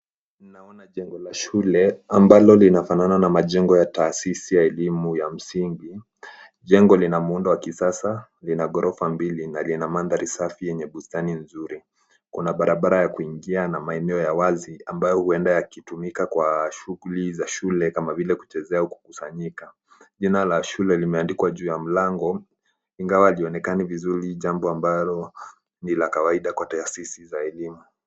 Naona jengo la shule ambalo lina fanana na majengo ya taasisi ya elimu ya msingi. Jengo lina muundo wa kisasa, lina gorofa mbili na lina mandhari safi yenye bustani nzuri. Kuna barabara ya kuingia na maeneo ya wazi ambayo huenda yakitumika kwa shughuli za shule kama vile kuchezea kukusanyika. Jina la shule limeandikwa juu ya mlango, ingawa lionekani vizuri jambo ambalo ni la kawaida kwa taasisi za elimu.